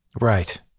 Right